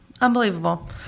Unbelievable